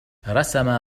رسم